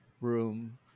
room